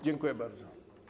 Dziękuję bardzo.